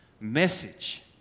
message